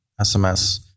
SMS